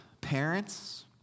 parents